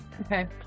okay